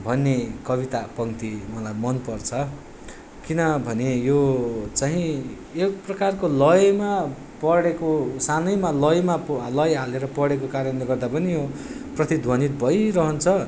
भन्ने कविता पङ्क्ति मलाई मनपर्छ किनभने यो चाहिँ एकप्रकारको लयमा पढेको सानैमा लयमा पढेको लय हालेर पढेको कारणले गर्दा पनि प्रतिध्वनित भइरहन्छ